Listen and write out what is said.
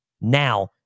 Now